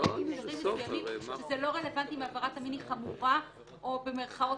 יש דברים מסוימים שזה לא רלוונטי אם עבירת המין חמורה או "לא חמורה".